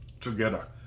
together